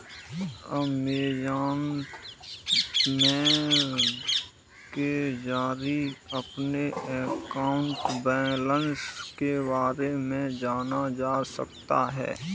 Amazon pay के जरिए अपने अकाउंट बैलेंस के बारे में जाना जा सकता है